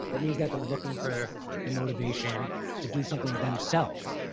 that means that they're looking for the motivation to do something themselves.